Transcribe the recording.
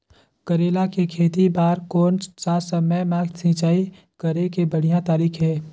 करेला के खेती बार कोन सा समय मां सिंचाई करे के बढ़िया तारीक हे?